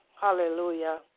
Hallelujah